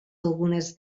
algunes